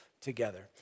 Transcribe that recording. together